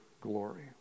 glory